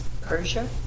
Persia